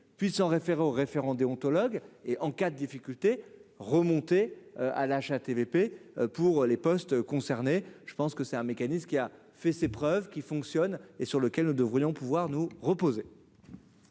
puisse en référer au référent déontologue et en cas de difficultés remonter à la HATVP pour les postes concernés, je pense que c'est un mécanisme qui a fait ses preuves, qui fonctionne et sur lequel nous devrions pouvoir nous reposer.